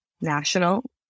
national